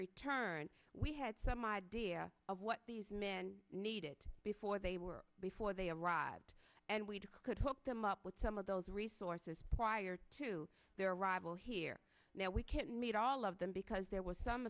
return we had some idea of what these men needed before they were before they arrived and we could hook them up with some of those resources prior to their arrival here now we can't meet all of them because there was some